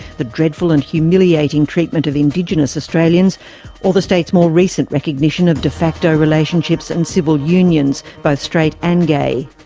the dreadful and humiliating treatment of indigenous australians or the state's more recent recognition of de facto relationships and civil unions, both straight and gay.